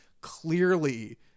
clearly